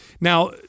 Now